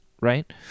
right